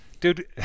Dude